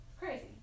Crazy